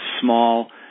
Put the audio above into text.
small